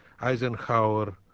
Eisenhower